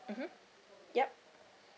mmhmm yup